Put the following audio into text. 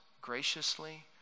graciously